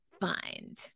find